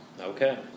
Okay